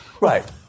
Right